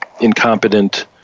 incompetent